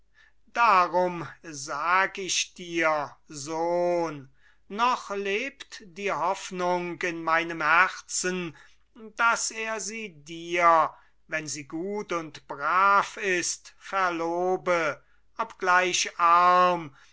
darum sag ich dir sohn noch lebt die hoffnung in meinem herzen daß er sie dir wenn sie gut und brav ist verlobe obgleich arm